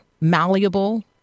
malleable